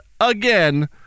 again